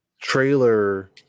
trailer